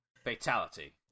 Fatality